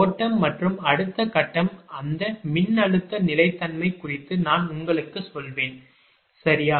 ஓட்டம் மற்றும் அடுத்த கட்டம் அந்த மின்னழுத்த நிலைத்தன்மை குறித்து நான் உங்களுக்குச் சொல்வேன் சரியா